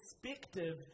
perspective